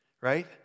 right